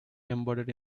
embedded